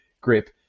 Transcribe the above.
grip